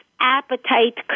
appetite